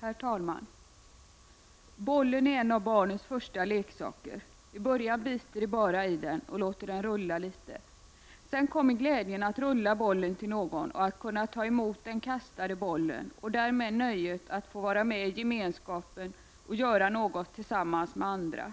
Herr talman! Bollen är en av barnets första leksaker. I början biter det bara i den och låter den rulla litet. Sedan kommer glädjen att rulla bollen till någon annan och att kunna ta emot den kastade bollen och därmed får bar net nöjet att vara med i gemenskapen och att göra något tillsammans med andra.